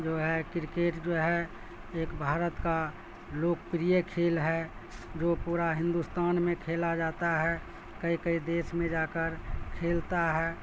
جو ہے کرکٹ جو ہے ایک بھارت کا لوکپریہ کھیل ہے جو پورا ہندوستان میں کھیلا جاتا ہے کئی کئی دیش میں جا کر کھیلتا ہے